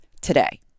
today